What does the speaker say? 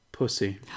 Pussy